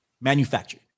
manufactured